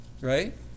Right